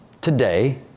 today